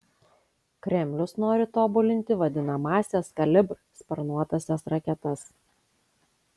kremlius nori tobulinti vadinamąsias kalibr sparnuotąsias raketas